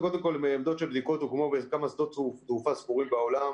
עמדות של בדיקות הוקמו בכמה שדות תעופה ספורים בעולם.